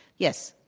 yes,